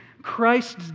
Christ's